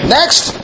Next